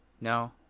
No